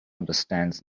understands